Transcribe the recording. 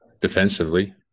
defensively